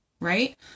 right